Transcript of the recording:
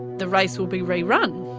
the race will be rerun.